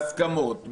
בהסכמות,